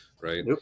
right